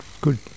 good